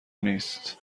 نیست